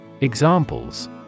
Examples